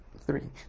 three